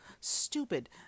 stupid